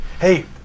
hey